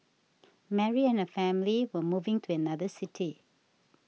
Mary and her family were moving to another city